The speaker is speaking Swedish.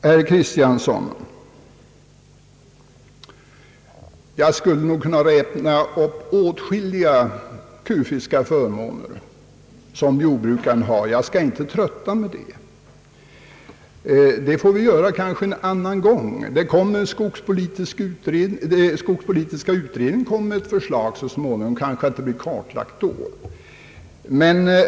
Herr Kristiansson, jag skulle nog kunna räkna upp åtskilliga kufiska förmåner, som jordbrukarna har. Jag skall inte trötta med det; det kanske vi får göra någon annan gång. Skogspolitiska utredningen framlägger ju sitt förslag så småningom. Då kanske dessa förmåner blir kartlagda.